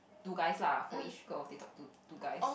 two guys lah for each girl they talk to two guys